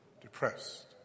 depressed